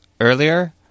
earlier